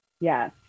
Yes